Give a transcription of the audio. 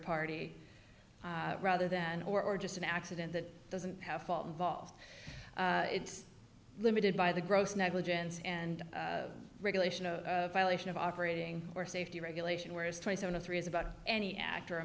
party rather than or just an accident that doesn't have fault involved it's limited by the gross negligence and regulation violation of operating or safety regulation whereas twenty seven of three is about any actor a